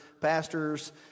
pastors